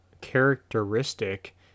characteristic